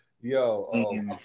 Yo